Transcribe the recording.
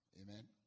Amen